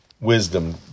wisdom